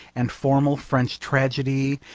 and formal french tragedy,